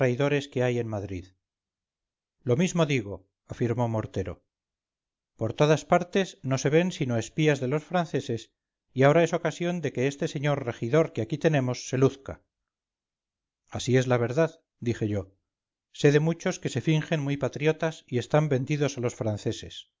traidores que hay en madrid lo mismo digo afirmó mortero por todas partes no se ven sino espías de los franceses y ahora es ocasión de que este señor regidor que aquí tenemos se luzca así es la verdad dije yo sé de muchos que se fingen muy patriotas y están vendidos a los franceses